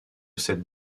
cette